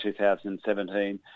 2017